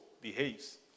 behaves